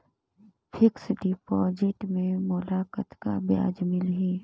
Fixed deposit मे मोला कतका ब्याज मिलही?